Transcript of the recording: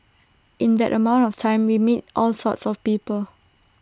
in that amount of time we meet all sorts of people